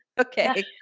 Okay